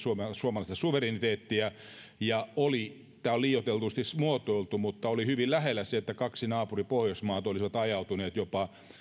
suomalaista suvereniteettia tämä on liioitellusti muotoiltu mutta oli hyvin lähellä se että kaksi naapuri pohjoismaata olisi ajautunut